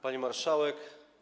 Pani Marszałek!